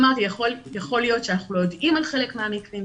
אמרתי שיכול להיות שאנחנו לא יודעים על חלק מהמקרים,